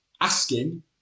asking